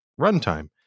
runtime